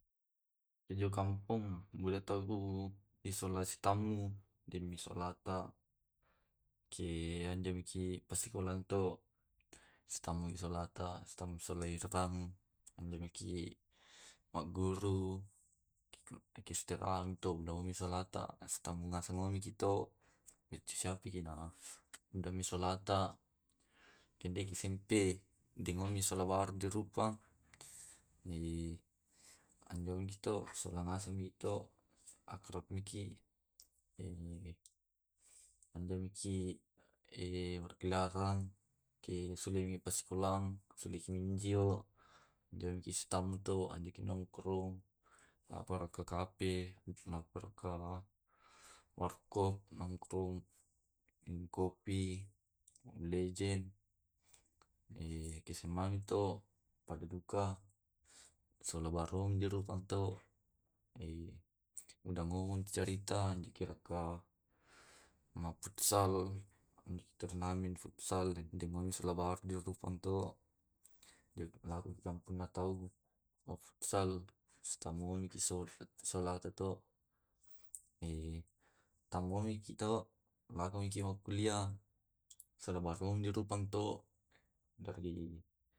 Ke jo kampung mule tabu isolasi tamu demi solata. Ke anjo miki pasikolangito sitampe solata, sitampe sola sotamu, anjomiki maguru, kisoterang mi tu solata nasutominga mikito pici sapi kina undami solata. Kende kisempe dengomi solawar de rupang anjo kito solamasimito akrap miki anjo miki berkeliaran ke solimi pasikulang solimiki minjio jomi ki sitamuto ajaki nongkrong akara ke kape naperka warkop nongkrong minum kopi, mobelejen kesemanito padaduka sola warung jeruk manto uda ngon carita nje raka ma putsal, turnamen futsal dengan solabar jo rupanto jo ki kampuna tau ma futsal simanokiti so solata to tamomi kito lakemiki mo kuliah solobar de rupang to dari.